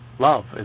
Love